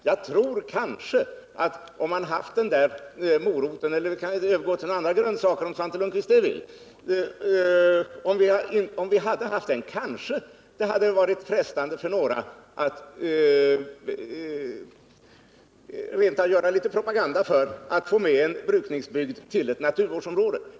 Jag tror att om man haft den där moroten — eller vi kan övergå till några andra grönsaker, om Svante Lundkvist det vill — kanske det hade varit frestande för några att rent av göra litet propaganda för att få med en brukningsbygd till ett naturvårdsområde.